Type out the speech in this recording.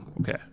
Okay